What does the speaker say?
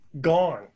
Gone